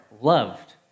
loved